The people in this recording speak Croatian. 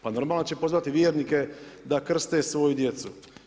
Pa normalno da će pozvati vjernike da krste svoju djecu.